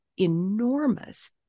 enormous